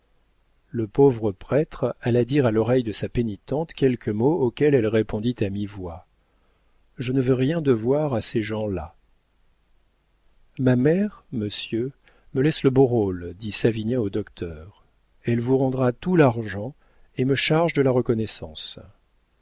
le pauvre prêtre alla dire à l'oreille de sa pénitente quelques mots auxquels elle répondit à mi-voix je ne veux rien devoir à ces gens-là ma mère monsieur me laisse le beau rôle dit savinien au docteur elle vous rendra tout l'argent et me charge de la reconnaissance